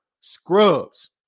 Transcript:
scrubs